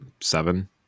seven